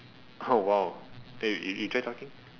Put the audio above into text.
oh !wow! eh you you try talking